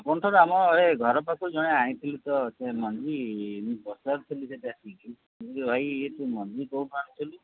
ଆପଣ ଥରେ ଆମ ଏ ଘର ପାଖରୁ ଜଣେ ଆଣିଥିଲେ ତ ସେ ମଞ୍ଜି ମୁଁ ପଚାରୁଥିଲି ଯେ ଯେତିକି ମୁଁ କହିଲି ଏ ଭାଇ ଏ ମଞ୍ଜି କେଉଁଠୁ ଆଣିଥିଲୁ